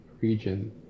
region